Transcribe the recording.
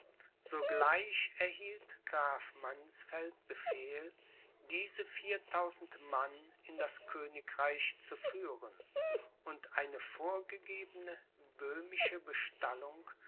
sogleich erhielt graf mannsfeld befehl diese viertausend mann in das königreich zu führen und eine vorgegebene böhmische bestallung